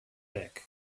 bag